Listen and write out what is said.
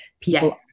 People